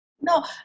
No